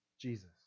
Jesus